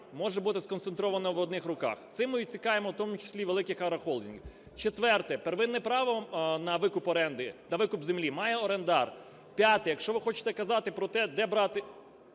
може бути сконцентровано в одних руках. Цим ми відсікаємо у тому числі великі агрохолдинги. Четверте. Первинне право на викуп оренди, на викуп землі має орендар. П'яте. Якщо ви хочете казати про те, де брати